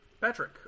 Patrick